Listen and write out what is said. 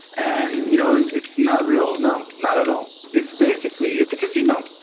and you know and it's not real, no, not at all. it's basically, it's a casino,